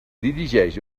dirigeix